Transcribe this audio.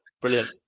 brilliant